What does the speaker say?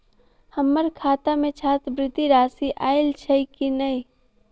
हम्मर खाता मे छात्रवृति राशि आइल छैय की नै?